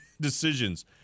decisions